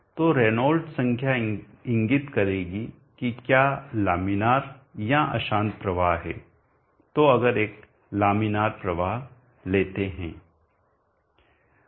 तो रेनॉल्ड्स संख्या इंगित करेगी कि क्या लामिनार या अशांत प्रवाह है तो अगर एक लामिनार प्रवाह लेते हैं